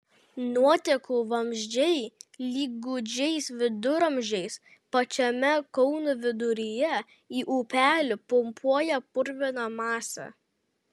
nuotekų vamzdžiai lyg gūdžiais viduramžiais pačiame kauno viduryje į upelį pumpuoja purviną masę